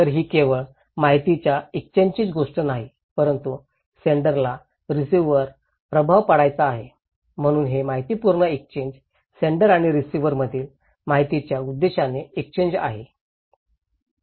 तर ही केवळ माहितीच्या एक्सचेन्जीचीच गोष्ट नाही परंतु सेण्डराला रिसिव्हरवर प्रभाव पडायचा आहे म्हणून हे माहितीपूर्ण एक्सचेन्ज सेण्डर आणि रिसिव्हरं मधील माहितीच्या उद्देशाने एक्सचेन्ज आहे